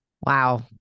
Wow